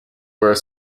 were